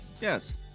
Yes